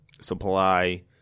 supply